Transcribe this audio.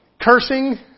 cursing